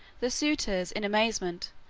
the suitors, in amazement,